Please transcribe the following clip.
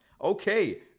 Okay